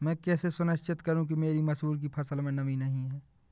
मैं कैसे सुनिश्चित करूँ कि मेरी मसूर की फसल में नमी नहीं है?